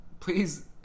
Please